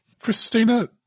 Christina